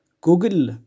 Google